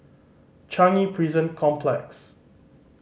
Changi Prison Complex